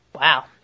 Wow